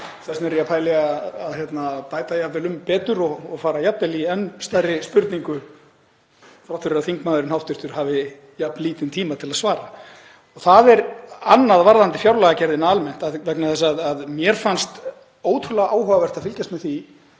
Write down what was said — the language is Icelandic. þess vegna er ég að pæla í að bæta jafnvel um betur og fara í enn stærri spurningu þrátt fyrir að hv. þingmaður hafi jafn lítinn tíma til að svara. Það er annað varðandi fjárlagagerðina almennt vegna þess að mér fannst ótrúlega áhugavert að fylgjast með því